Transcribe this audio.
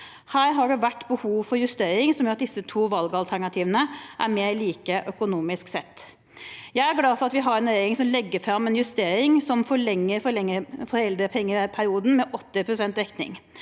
Her har det vært behov for en justering som gjør at disse to valgalternativene er mer like økonomisk sett. Jeg er glad for at vi har en regjering som legger fram en justering som forlenger foreldrepengeperioden med 80 pst. dekning.